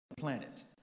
Planet